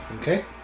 Okay